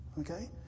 Okay